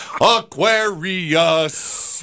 Aquarius